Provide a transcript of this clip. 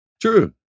True